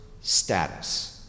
status